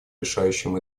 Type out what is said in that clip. решающем